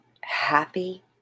happy